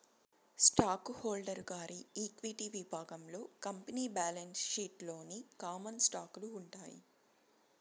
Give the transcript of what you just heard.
stock holder గారి equity విభాగంలో company balance sheet లోని కామన్ స్టాకులు ఉంటాయి